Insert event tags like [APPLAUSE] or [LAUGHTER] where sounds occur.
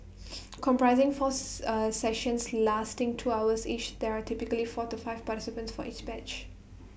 [NOISE] comprising fourth A sessions lasting two hours each there are typically four to five participants for each batch